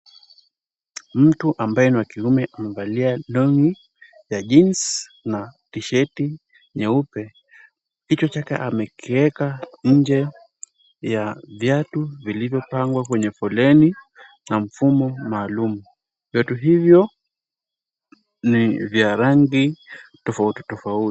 Mtu ambaye ni wa kiume amevalia long'i ya jeans na tishati nyeupe, kichwa chake amekiweka nje ya viatu vilivyopangwa kwenye foleni na mfumo maalum, viatu hivyo ni vya rangi tofauti tofauti.